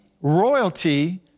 royalty